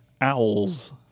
owls